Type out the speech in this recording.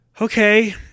okay